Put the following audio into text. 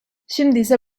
şimdiyse